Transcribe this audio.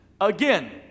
again